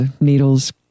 needles